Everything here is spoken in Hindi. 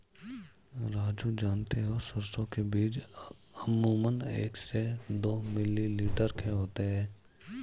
राजू जानते हो सरसों के बीज अमूमन एक से दो मिलीमीटर के होते हैं